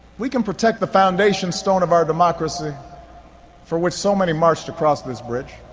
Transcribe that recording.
we can protect the foundation stone of our democracy for which so many marched across this bridge,